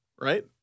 right